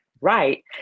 right